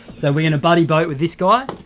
so we're gonna buddy boat with this guy,